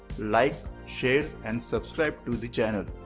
like share and subscribe to the channel.